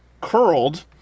curled